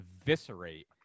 eviscerate